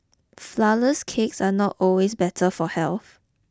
flourless cakes are not always better for health